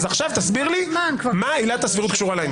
עכשיו תסביר לי מה עילת הסבירות קשורה לעניין.